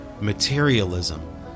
materialism